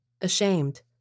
Ashamed